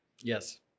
Yes